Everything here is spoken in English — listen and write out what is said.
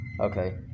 Okay